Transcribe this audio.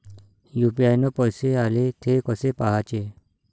UPI न पैसे आले, थे कसे पाहाचे?